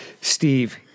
Steve